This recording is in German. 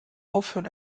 aufhören